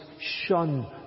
shun